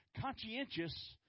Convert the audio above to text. conscientious